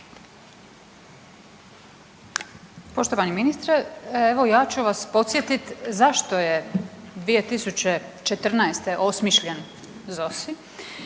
Poštovani ministre, evo ja ću vas podsjetit zašto je 2014. Osmišljen ZOSI.